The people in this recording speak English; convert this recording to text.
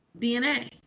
DNA